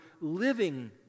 living